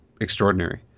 extraordinary